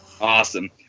Awesome